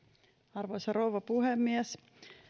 arvoisa rouva puhemies